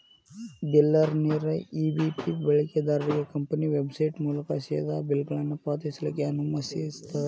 ಬಿಲ್ಲರ್ನೇರ EBP ಬಳಕೆದಾರ್ರಿಗೆ company website ಮೂಲಕಾ ಸೇದಾ ಬಿಲ್ಗಳನ್ನ ಪಾವತಿಸ್ಲಿಕ್ಕೆ ಅನುಮತಿಸ್ತದ